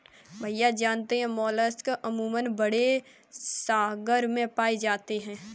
भैया जानते हैं मोलस्क अमूमन बड़े सागर में पाए जाते हैं